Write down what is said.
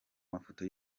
mafoto